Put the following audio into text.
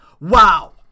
Wow